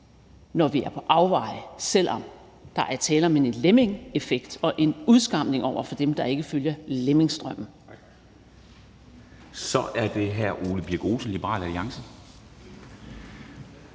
når vi er på afveje, selv om der er tale om en lemmingeeffekt og en udskamning af dem, der ikke følger lemmingestrømmen.